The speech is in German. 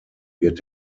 wird